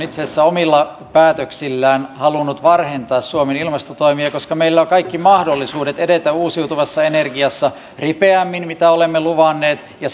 itse asiassa omilla päätöksillään halunnut varhentaa suomen ilmastotoimia koska meillä on kaikki mahdollisuudet edetä uusiutuvassa energiassa ripeämmin kuin mitä olemme luvanneet ja